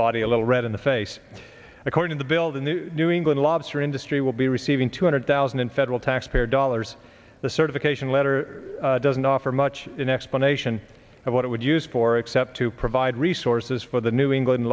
body a little red in the face according to build a new new england lobster industry will be receiving two hundred thousand in federal taxpayer dollars the certification letter doesn't offer much an explanation of what it would use for except to provide resources for the new england